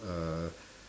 uh